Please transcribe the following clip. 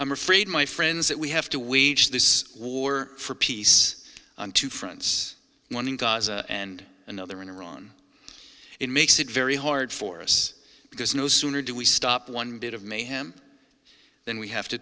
i'm afraid my friends that we have to wage this war for peace on two fronts one in gaza and another in iran it makes it very hard for us because no sooner do we stop one bit of mayhem than we have to